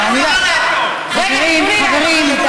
אני מציעה "נטו חניונים".